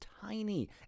tiny